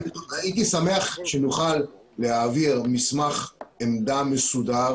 הייתי שמח שנוכל להעביר מסמך עמדה מסודר